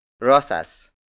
Rosas